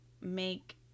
make